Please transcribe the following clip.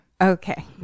okay